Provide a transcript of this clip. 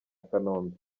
kanombe